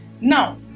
Now